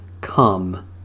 Come